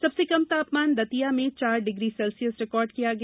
सबसे कम तापमान दतिया में चार डिग्री सेल्सियस रिकार्ड किया गया